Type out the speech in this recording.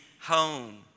home